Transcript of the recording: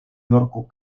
jorko